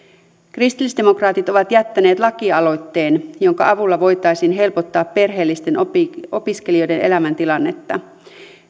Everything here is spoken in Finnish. kristillisdemokraatit ovat jättäneet lakialoitteen jonka avulla voitaisiin helpottaa perheellisten opiskelijoiden elämäntilannetta